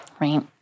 right